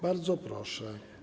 Bardzo proszę.